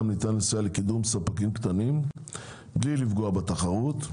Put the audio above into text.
ניתן לקדם עסקים קטנים מבלי לפגוע בתחרות.